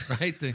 Right